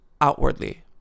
outwardly